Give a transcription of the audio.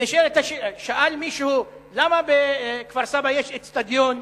מישהו שאל למה בכפר-סבא יש איצטדיון